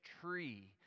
tree